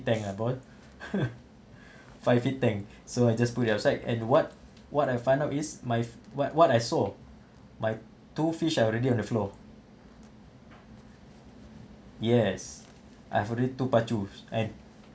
tank ah bro five feet tank so I just put it outside and what what I find out is my what what I saw my two fish are already on the floor yes I've already two pacu and